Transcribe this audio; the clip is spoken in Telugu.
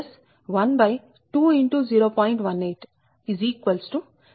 1868